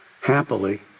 happily